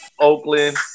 oakland